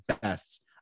best